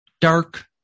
dark